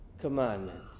commandments